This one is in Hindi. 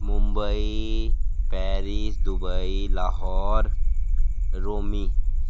Mumbai Paris Dubai Lahore Rome